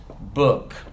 book